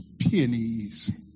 pennies